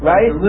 Right